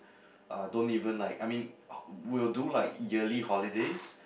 uh don't even like I mean will do like yearly holidays